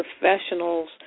professionals